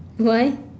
why